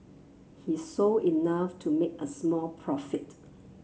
he sold enough to make a small profit